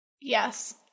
Yes